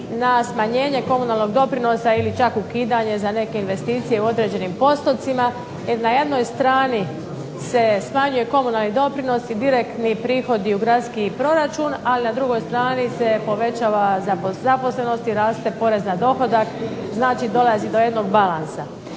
na smanjenje komunalnog doprinosa ili čak ukidanje za neke investicije u određenim postotcima. Jer na jednoj strani se smanjuje komunalni doprinos i direktni prihodi u gradski proračun, a na drugoj strani se povećava zaposlenost i raste porez na dohodak. Znači, dolazi do jednog balansa.